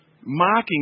mocking